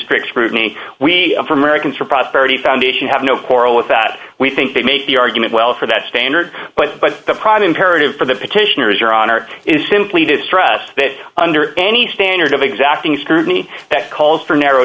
strict scrutiny we for americans for prosperity foundation have no quarrel with that we think they make the argument well for that standard but but the prada imperative for the petitioners your honor is simply to stress that under any standard of exacting scrutiny that calls for narrow